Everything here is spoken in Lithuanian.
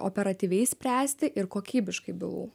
operatyviai spręsti ir kokybiškai bylų